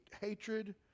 hatred